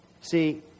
See